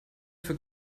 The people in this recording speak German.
für